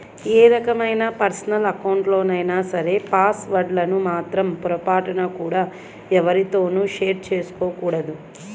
ఏ రకమైన పర్సనల్ అకౌంట్లైనా సరే పాస్ వర్డ్ లను మాత్రం పొరపాటున కూడా ఎవ్వరితోనూ షేర్ చేసుకోకూడదు